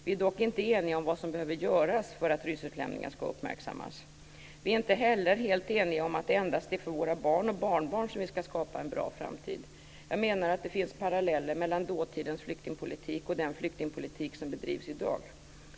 Vi är dock inte eniga om vad som behöver göras för att ryssutlämningen ska uppmärksammas. Inte heller är vi helt eniga om att det endast är för våra barn och barnbarn som vi ska skapa en bra framtid. Jag menar att det finns paralleller mellan dåtidens flyktingpolitik och den flyktingpolitik som bedrivs i dag.